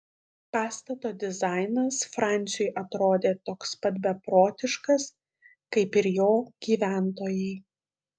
pastato dizainas franciui atrodė toks pat beprotiškas kaip ir jo gyventojai